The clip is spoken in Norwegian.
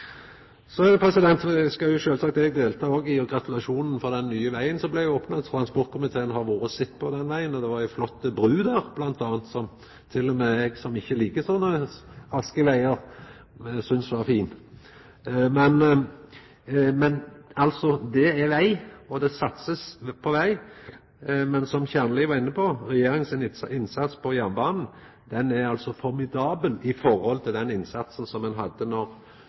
det gjeld den nye vegen som blei opna. Transportkomiteen har vore og sett på den vegen, og det var m.a. ei flott bru der, som til og med eg, som ikkje likar sånne raske vegar, syntest var fin. Men det er veg – og det blir satsa på veg. Men, som representanten Kjernli var inne på, regjeringas innsats på jernbanen er formidabel i forhold til den innsatsen som ein hadde